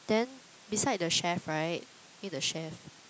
then beside the chef right near the chef